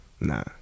Nah